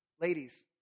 Ladies